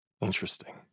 Interesting